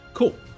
Cool